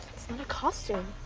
it's not a costume.